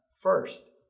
first